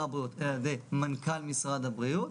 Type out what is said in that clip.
הבריאות אלא על ידי מנכ"ל משרד הבריאות,